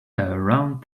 around